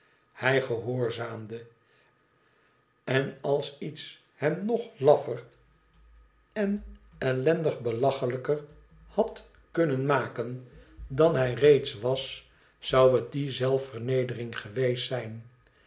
hij gehoorzaamde en als iets hem nog laffer en ellendig belachelijker had kunnen maken dan hij reeds was zou het die zelfvernedering geweest zijn